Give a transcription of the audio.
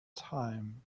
time